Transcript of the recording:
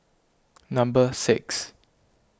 number six